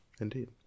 Indeed